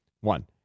One